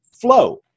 flow